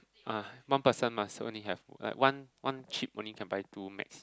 !aiya! one person must only have like one one chip can only buy two max